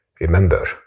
remember